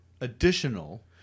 additional